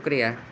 شکریہ